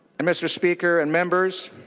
um esther speaker and members